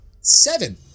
seven